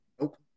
Nope